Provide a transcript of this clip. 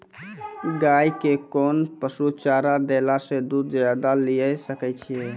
गाय के कोंन पसुचारा देला से दूध ज्यादा लिये सकय छियै?